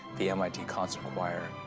the mit concert choir,